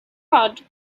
pod